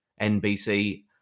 NBC